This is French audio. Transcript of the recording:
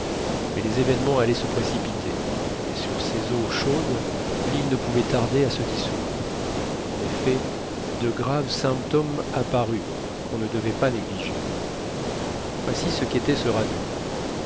mais les événements allaient se précipiter et sur ces eaux chaudes l'île ne pouvait tarder à se dissoudre en effet de graves symptômes apparurent qu'on ne devait pas négliger voici ce qu'était ce radeau